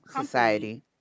society